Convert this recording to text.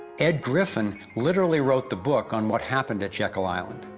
ed griffin literally wrote the book on what happened at jekyll island.